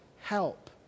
help